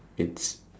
it's